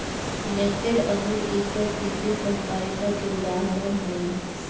नेफेड, अमूल ई सब कृषि सहकारिता के उदाहरण हई